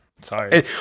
sorry